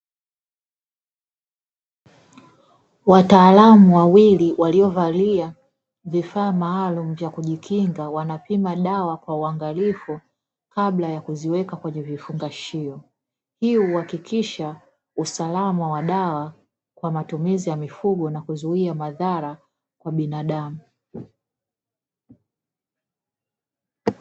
Wataalamu wawili waliovalia vifaa maalumu vya kujikinga, wanapima dawa kwa uangalifu kabla ya kuziweka kwenye vifungashio. Hii huhakikisha usalama wa dawa kwa matumizi ya mifugo na kuzuia madhara kwa binadamu.